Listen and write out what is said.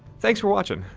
thanks for watching.